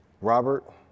Robert